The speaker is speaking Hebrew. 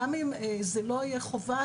גם אם זה לא יהיה חובה,